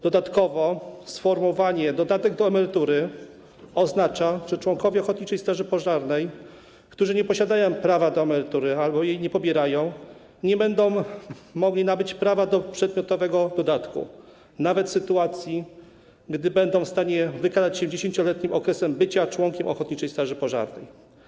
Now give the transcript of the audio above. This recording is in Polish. Dodatkowo sformułowanie „dodatek do emerytury” oznacza, że członkowie ochotniczej straży pożarnej, którzy nie posiadają prawa do emerytury albo jej nie pobierają, nie będą mogli nabyć prawa do przedmiotowego dodatku, nawet w sytuacji gdy będą w stanie wykazać się 10-letnim okresem bycia członkiem ochotniczej straży pożarnej.